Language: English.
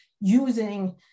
using